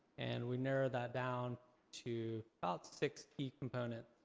and we narrowed that down to about six key components.